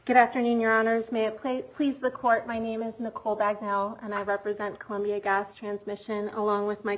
good afternoon your honour's may have clay please the court my name is nicole bag now and i represent columbia gas transmission along with my